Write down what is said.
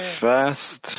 fast